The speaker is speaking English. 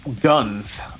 guns